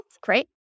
Great